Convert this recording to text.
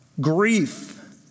grief